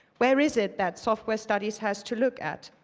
where is it that software studies has to look at?